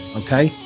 okay